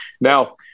now